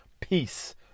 Peace